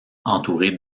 entourés